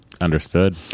Understood